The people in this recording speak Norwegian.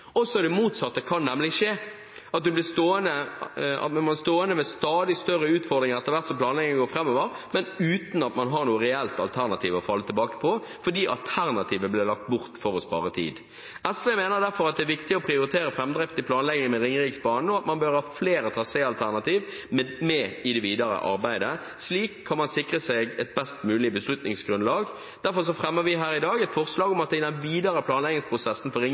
også det motsatte kan nemlig skje: Man kan bli stående med stadig større utfordringer etter hvert som planleggingen går framover, men uten at man har noe reelt alternativ å falle tilbake på, fordi alternativet ble lagt bort for å spare tid. SV mener derfor at det er viktig å prioritere framdrift i planleggingen av Ringeriksbanen, og at man bør ha flere traséalternativer med i det videre arbeidet. Slik kan man sikre seg et best mulig beslutningsgrunnlag. Derfor fremmer vi her i dag et forslag om at det i den videre planleggingsprosessen for